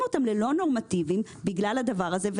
אותם ללא נורמטיביים בגלל הדבר הזה.